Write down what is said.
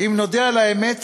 אם נודה על האמת,